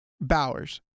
Bowers